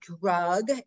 drug